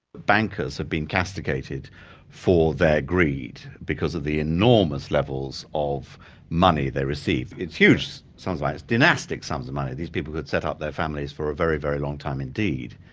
bankers have been castigated for their greed because of the enormous levels of money they receive. it's huge sums, like it's dynastic sums of money, these people could set up their families for a very, very long time indeed.